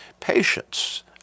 patience